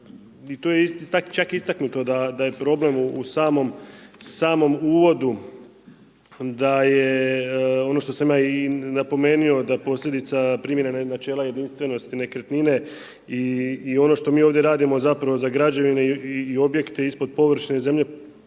da i čak istaknuto da je problem u samom uvodu da je ono što sam ja i napomenuo, da posljedica primjene načela jedinstvenosti nekretnine i ono što mi ovdje radimo zapravo za građevine i objekte ispod površine zemlje